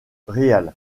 real